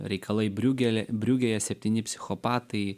reikalai briugėle briugėje septyni psichopatai